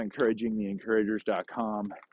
encouragingtheencouragers.com